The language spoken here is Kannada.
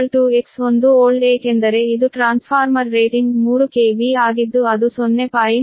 X1old ಏಕೆಂದರೆ ಇದು ಟ್ರಾನ್ಸ್ಫಾರ್ಮರ್ ರೇಟಿಂಗ್ 3 KV ಆಗಿದ್ದು ಅದು 0